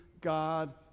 God